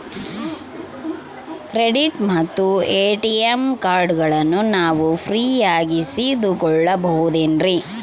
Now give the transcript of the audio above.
Credit ಮತ್ತ ATM ಕಾರ್ಡಗಳನ್ನ ನಾನು ಫ್ರೇಯಾಗಿ ಇಸಿದುಕೊಳ್ಳಬಹುದೇನ್ರಿ?